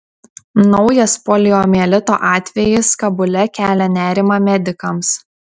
naujas poliomielito atvejis kabule kelia nerimą medikams